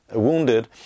wounded